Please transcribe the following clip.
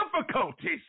difficulties